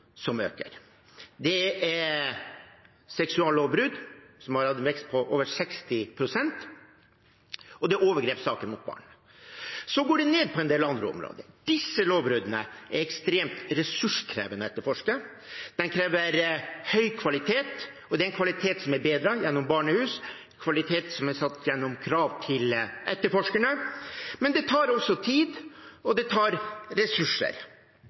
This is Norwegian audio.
som øker. Det er seksuallovbrudd, som har hatt en vekst på over 60 pst., og det er overgrepssaker mot barn. Det går ned på en del andre områder. Disse alvorlige lovbruddene er det ekstremt ressurskrevende å etterforske. De krever høy kvalitet – og det er en kvalitet som er bedret, gjennom barnehus, en kvalitet som er satt gjennom krav til etterforskere – men det tar også tid, og det tar ressurser.